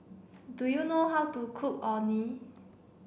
do you know how to cook Orh Nee